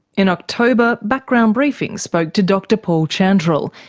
in october, background briefing spoke to dr paul chantrill,